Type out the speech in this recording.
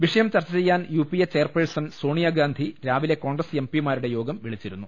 വിഷയം ചർച്ച ചെയ്യാൻ U P A chairperson Sonia Gandhi രാവിലെ കോൺഗ്രസ് എം പിമാരുടെ യോഗം വിളിച്ചിരുന്നു